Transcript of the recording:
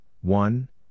one